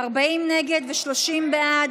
40 נגד ו-30 בעד.